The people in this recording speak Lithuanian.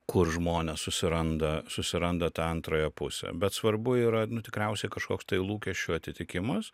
kur žmonės susiranda susiranda tą antrąją pusę bet svarbu yra nu tikriausiai kažkoks tai lūkesčių atitikimas